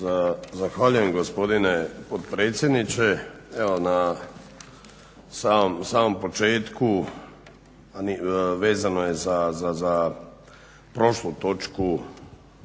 Zahvaljujem gospodine potpredsjedniče. Evo na samom početku a vezano je za prošlu točku